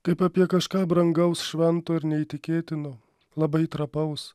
kaip apie kažką brangaus švento ir neįtikėtino labai trapaus